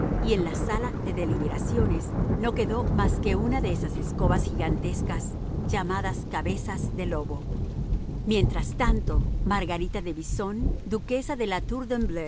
y en la sala de deliberaciones no quedó más que una de esas escobas gigantescas llamadas cabezas de lobo mientras tanto margarita de bisson duquesa de la tour